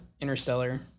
Interstellar